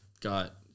got